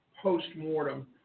postmortem